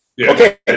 Okay